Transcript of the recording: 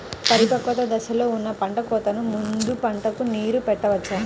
పరిపక్వత దశలో ఉన్న పంట కోతకు ముందు పంటకు నీరు పెట్టవచ్చా?